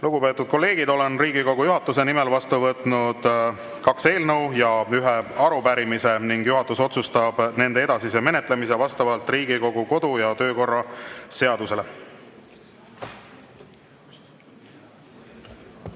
Lugupeetud kolleegid! Olen Riigikogu juhatuse nimel vastu võtnud kaks eelnõu ja ühe arupärimise ning juhatus otsustab nende edasise menetlemise vastavalt Riigikogu kodu‑ ja töökorra seadusele.